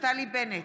נפתלי בנט,